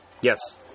Yes